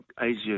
Asia